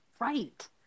right